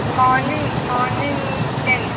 morning morning ten